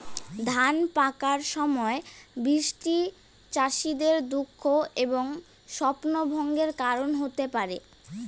ধান পাকার সময় বৃষ্টি চাষীদের দুঃখ এবং স্বপ্নভঙ্গের কারণ হতে পারে